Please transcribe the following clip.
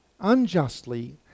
unjustly